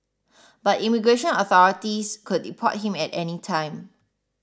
but immigration authorities could deport him at any time